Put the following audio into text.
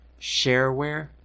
Shareware